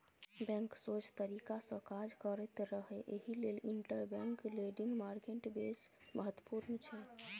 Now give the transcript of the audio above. bank सोझ तरीकासँ काज करैत रहय एहि लेल इंटरबैंक लेंडिंग मार्केट बेस महत्वपूर्ण छै